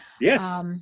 Yes